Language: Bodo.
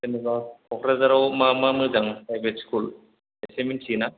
जेन'बा क'क्राझाराव मा मा मोजां प्राइभेट स्कुल एसे मिथियोना